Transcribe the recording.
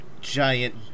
giant